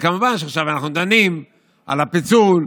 וכמובן שעכשיו אנחנו דנים על הפיצול,